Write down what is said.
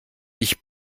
ich